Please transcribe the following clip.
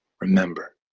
remember